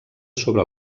sobre